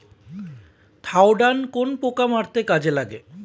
Thiodan কোন পোকা মারতে কাজে লাগে?